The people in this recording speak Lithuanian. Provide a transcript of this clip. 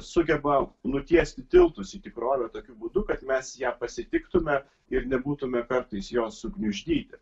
sugeba nutiesti tiltus į tikrovę tokiu būdu kad mes ją pasitiktume ir nebūtume kartais jos sugniuždyti